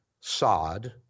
sod